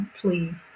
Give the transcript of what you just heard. please